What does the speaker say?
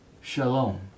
Shalom